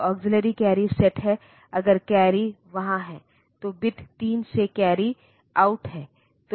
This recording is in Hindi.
तो अक्सिल्लरी कैरी सेट है अगर कैरी वहां है तो बिट 3 से कैरी आउट है